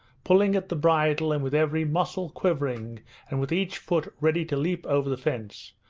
pulling at the bridle and with every muscle quivering and with each foot ready to leap over the fence,